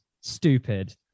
stupid